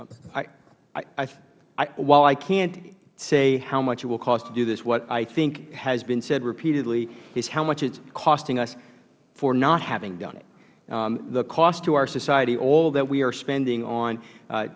while i can't say how much it will cost to do this what i think has been said repeatedly is how much it is costing us for not having done it the cost to our society all that we are spending on